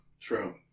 True